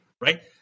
right